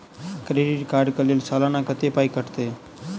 Credit card कऽ लेल सलाना कत्तेक पाई कटतै?